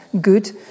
good